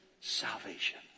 salvation